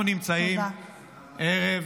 אנחנו נמצאים ערב